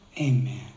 Amen